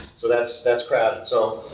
so that's that's crowded. so,